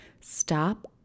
stop